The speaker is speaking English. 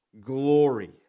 glory